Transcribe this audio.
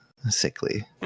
Sickly